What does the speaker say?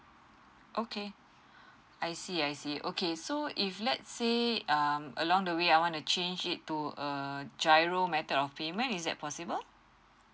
okay I see I see okay so if let's say um along the way I want to change it to a giro method of payment is that possible